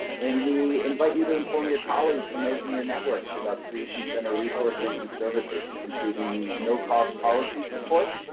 and we invite you to inform your colleagues and those in your networks about solutions center resources and services including the no-cost policy support.